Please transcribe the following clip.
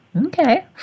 Okay